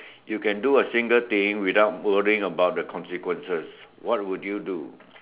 you can do a single thing without worrying about the consequences